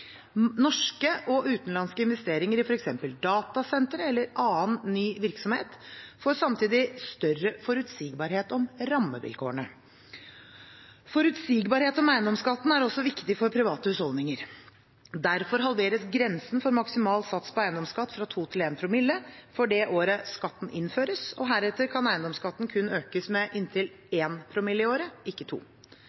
vinnerne. Norske og utenlandske investeringer i f.eks. datasentre eller annen ny virksomhet får samtidig større forutsigbarhet om rammevilkårene. Forutsigbarhet om eiendomsskatten er også viktig for private husholdninger. Derfor halveres grensen for maksimal sats på eiendomsskatt fra 2 til 1 promille for det året skatten innføres. Og heretter kan eiendomsskatten kun økes med inntil